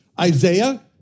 Isaiah